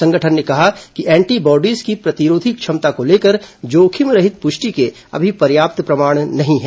संगठन ने कहा कि एंटीबॉडीज की प्रतिरोधी क्षमता को लेकर जोखिम रहित पुष्टि के अभी पर्याप्त प्रमाण नहीं है